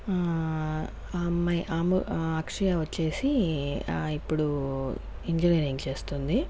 ఆ అమ్మాయి ఆమె అక్షయ వచ్చేసి ఇప్పుడు ఇంజినీరింగ్ చేస్తుంది